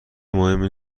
مهمی